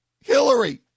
Hillary